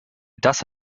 das